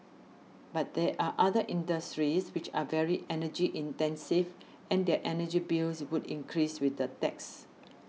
but there are other industries which are very energy intensive and their energy bills would increase with the tax